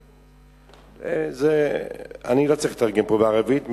אני לא צריך לתרגם פה לערבית.